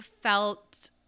felt